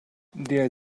der